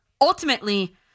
Ultimately